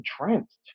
entranced